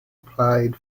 played